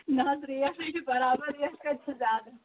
نہ حظ ریٹ ہاے چھِ برابر ریٹ کَتہ چھِ زیادٕ